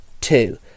two